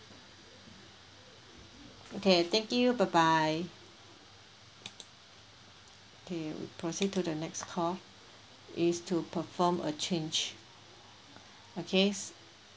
okay thank you bye bye K proceed to the next call is to perform a change okay